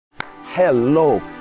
Hello